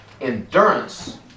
Endurance